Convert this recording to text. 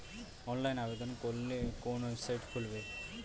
অনলাইনে আবেদন করলে কোন ওয়েবসাইট খুলব?